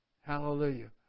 Hallelujah